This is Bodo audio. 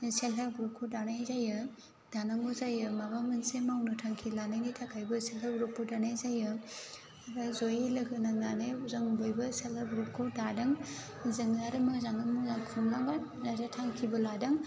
सेल्प हेल्प ग्रुपखौ दानाय जायो दानांगौ जायो माबा मोनसे मावनो थांखि लानायनि थाखायबो सेल्प हेल्प ग्रुपखौ दानाय जायो आमफाइ जयै लोगो नांनानै जों बयबो सेल्प हेल्प ग्रुपखौ दादों जोङो आरो मोजाङै मोजां खुंलांगोन आरो थांखिबो लादों